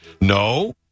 No